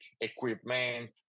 equipment